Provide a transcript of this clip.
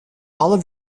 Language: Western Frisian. alle